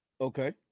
Okay